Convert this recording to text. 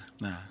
nah